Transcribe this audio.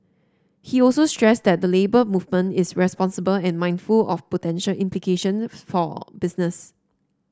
he also stressed that the Labour Movement is responsible and mindful of potential implication for business